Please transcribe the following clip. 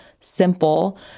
simple